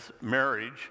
marriage